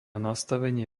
nastavenie